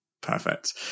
Perfect